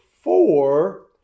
four